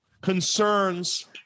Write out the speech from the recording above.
concerns